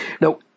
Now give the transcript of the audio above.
Now